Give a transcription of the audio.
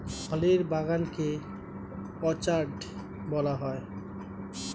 ফলের বাগান কে অর্চার্ড বলা হয়